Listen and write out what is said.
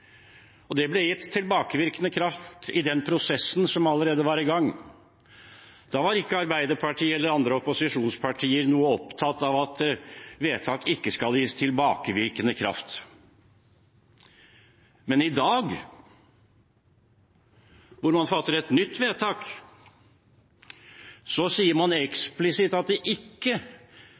Det ble gitt tilbakevirkende kraft i den prosessen som allerede var i gang. Da var ikke Arbeiderpartiet eller andre opposisjonspartier noe opptatt av at vedtak ikke skal gis tilbakevirkende kraft, men i dag, når man skal fatte et nytt vedtak, sier man eksplisitt at det ikke